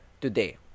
today